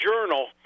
Journal